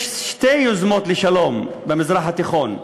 יש שתי יוזמות לשלום במזרח התיכון,